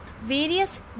Various